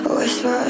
Whisper